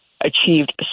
achieved